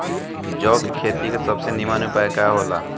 जौ के खेती के सबसे नीमन उपाय का हो ला?